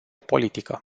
politică